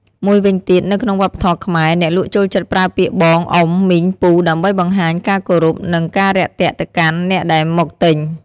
មួយវិញទៀតនៅក្នុងវប្បធម៍ខ្មែរ អ្នកលក់ចូលចិត្តប្រើពាក្យបង អ៊ុំ មីង ពូ ដើម្បីបង្ហាញការគោរព និងការរាក់ទាក់ទៅកាន់អ្នកដែលមកទិញ។